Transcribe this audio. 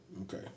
Okay